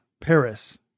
Paris